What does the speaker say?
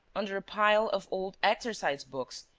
under a pile of old exercise-books,